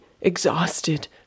exhausted